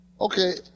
Okay